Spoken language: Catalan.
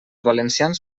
valencians